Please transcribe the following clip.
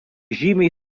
žymiai